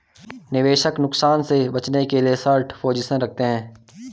निवेशक नुकसान से बचने के लिए शार्ट पोजीशन रखते है